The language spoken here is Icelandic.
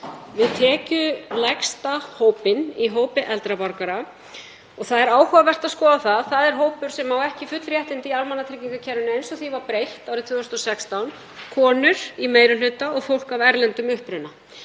við tekjulægsta hópinn í hópi eldri borgara. Það er áhugavert að skoða að það er hópur sem á ekki full réttindi í almannatryggingakerfinu eins og því var breytt árið 2016, konur í meiri hluta og fólk af erlendum uppruna.